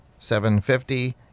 $750